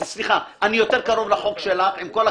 אני יותר קרוב לחוק שלך, עם כל הכבוד.